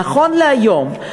נכון להיום,